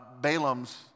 Balaam's